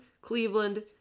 Cleveland